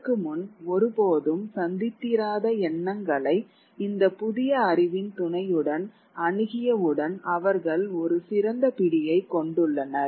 இதற்கு முன் ஒருபோதும் சந்தித்திராத எண்ணங்களை இந்த புதிய அறிவின் துணையுடன் அணுகியவுடன் அவர்கள் ஒரு சிறந்த பிடியைக் கொண்டுள்ளனர்